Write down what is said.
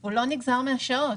הוא לא נגזר מהשעות,